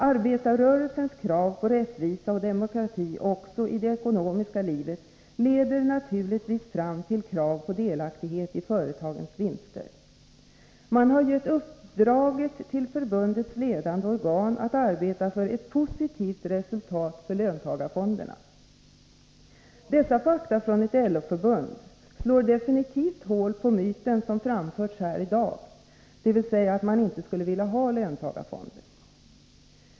Arbetarrörelsens krav på rättvisa och demokrati också i det ekonomiska livet leder naturligtvis fram till krav på delaktighet i företagens vinster.” Man har gett förbundets ledande organ i uppdrag att arbeta för ett positivt resultat för löntagarfonder. Dessa fakta från ett LO-förbund slår hål på den myt som framförts här i dag, dvs. att man inte skulle vilja ha löntagarfonder.